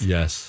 Yes